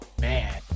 man